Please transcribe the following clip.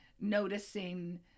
noticing